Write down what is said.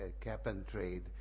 cap-and-trade